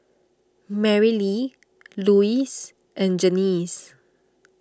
Marylee Luis and Janice